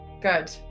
good